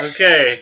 Okay